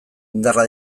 indarra